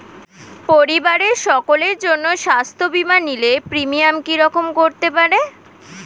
পরিবারের সকলের জন্য স্বাস্থ্য বীমা নিলে প্রিমিয়াম কি রকম করতে পারে?